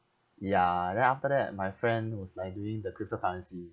ya then after that my friend was like doing the cryptocurrency